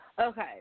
Okay